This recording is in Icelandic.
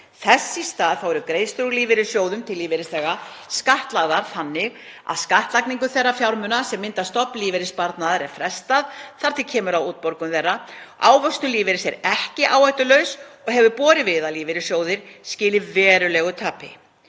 Þess í stað eru greiðslur úr lífeyrissjóðum til lífeyrisþega skattlagðar. Þannig er skattlagningu þeirra fjármuna sem mynda stofn lífeyrissparnaðar frestað þar til kemur að útgreiðslu þeirra. Ávöxtun lífeyris er ekki áhættulaus og hefur borið við að lífeyrissjóðir skili verulegu tapi.